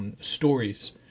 stories